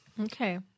Okay